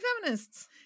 feminists